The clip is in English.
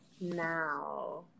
now